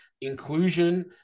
inclusion